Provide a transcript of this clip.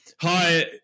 Hi